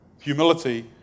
humility